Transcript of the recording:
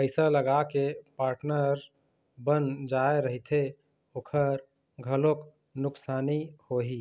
पइसा लगाके पार्टनर बन जाय रहिथे ओखर घलोक नुकसानी होही